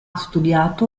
studiato